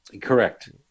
Correct